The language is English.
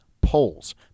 polls